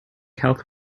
health